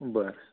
बरं